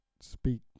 speak